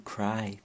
Cry